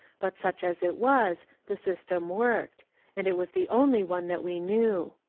but such as it was, the system worked and it was the only one that we knew.